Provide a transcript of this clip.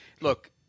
Look